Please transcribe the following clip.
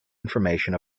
information